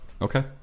Okay